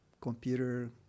computer